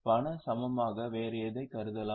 பண சமமாக வேறு என்ன கருதலாம்